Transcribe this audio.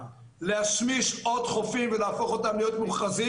להשמיש עוד חופים ולהפוך אותם להיות מוכרזים,